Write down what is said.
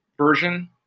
version